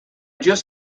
just